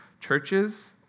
churches